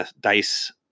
Dice